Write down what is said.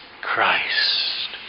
Christ